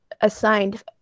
assigned